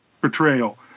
portrayal